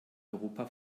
europa